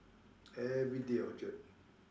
everyday object